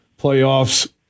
playoffs